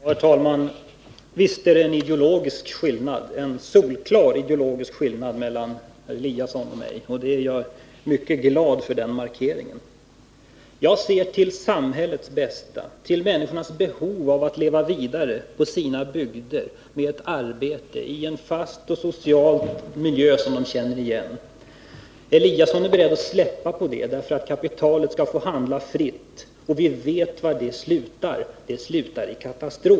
Herr talman! Visst är det en ideologisk skillnad — en solklar skillnad — mellan herr Eliasson och mig, och jag är mycket glad för att den markeringen gjordes. Jag ser till samhällets bästa, till människornas behov av att leva vidare ii sina bygder, med arbete, i en fast och social miljö som de känner igen. Herr Eliasson är beredd att släppa på detta, därför att kapitalet skall få handla fritt. Vi vet var det slutar — det slutar i katastrof.